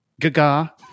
Gaga